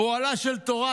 אוהלה של תורה,